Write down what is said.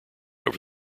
over